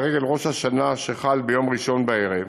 לרגל ראש השנה שחל ביום ראשון בערב,